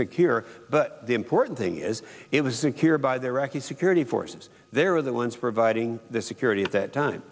secure but the important thing is it was secured by the iraqi security forces they're the ones for inviting the security at that time